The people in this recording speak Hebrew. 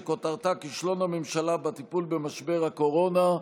שכותרתה: כישלון הממשלה בטיפול במשבר הקורונה.